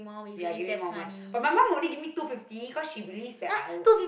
ya give me more money but my mum only give me two fifty cause she believes that I owe